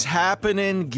happening